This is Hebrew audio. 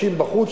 30 בחוץ.